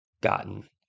gotten